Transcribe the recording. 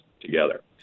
together